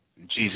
Jesus